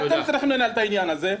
אתם צריכים לנהל את העניין הזה,